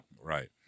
right